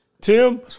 Tim